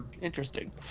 Interesting